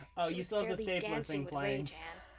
she was fairly dancing with rage, anne.